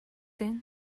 байна